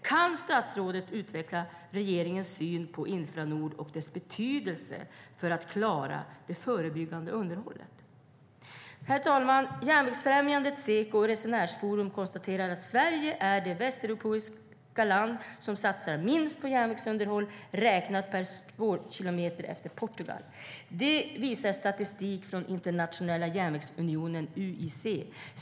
Kan statsrådet utveckla regeringens syn på Infranord och dess betydelse för att klara det förebyggande underhållet? Herr talman! Järnvägsfrämjandet, Seko och Resenärsforum konstaterar att Sverige efter Portugal är det västeuropeiska land som satsar minst på järnvägsunderhåll räknat per spårkilometer. Det visar statistik från Internationella järnvägsunionen, UIC.